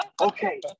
okay